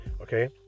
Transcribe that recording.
okay